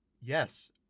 Yes